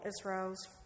Israel's